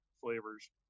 flavors